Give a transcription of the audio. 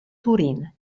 turyn